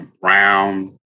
brown